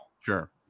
Sure